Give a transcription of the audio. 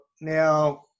Now